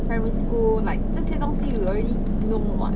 primary school like 这些东西 you already know [what]